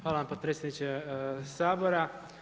Hvala vam potpredsjedniče Sabora.